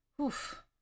oof